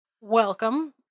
Welcome